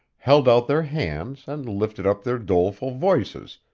held out their hands and lifted up their doleful voices,